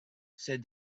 said